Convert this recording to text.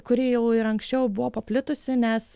kuri jau ir anksčiau buvo paplitusi nes